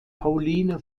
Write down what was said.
pauline